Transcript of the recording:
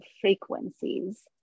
frequencies